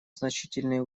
значительные